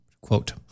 Quote